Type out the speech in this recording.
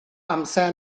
amser